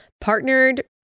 partnered